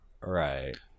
Right